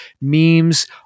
memes